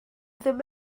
ddim